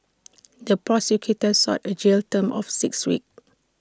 the prosecutor sought A jail term of six weeks